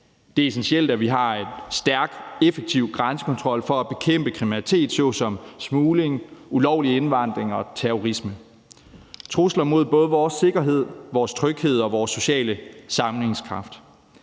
Det er essentielt, at vi har en stærk og effektiv grænsekontrol for at bekæmpe kriminalitet såsom smugling, ulovlig indvandring og terrorisme. Det er trusler mod både vores sikkerhed, vores tryghed og vores sociale sammenhængskraft.